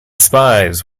spies